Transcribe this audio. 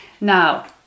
Now